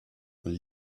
und